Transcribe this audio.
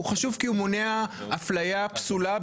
הוא חשוב כי הוא מונע אפליה פסולה,